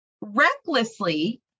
recklessly